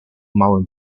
małym